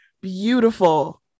beautiful